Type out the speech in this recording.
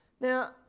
Now